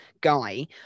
guy